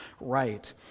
right